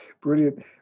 Brilliant